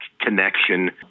connection